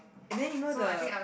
and then you know the